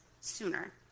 sooner